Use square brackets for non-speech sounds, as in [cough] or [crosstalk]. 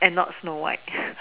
and not snow white [breath]